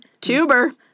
tuber